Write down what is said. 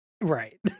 Right